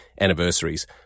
anniversaries